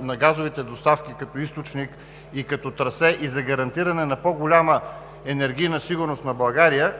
на газовите доставки като източник и като трасе, и за гарантиране на по-голяма енергийна сигурност на България,